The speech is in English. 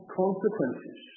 consequences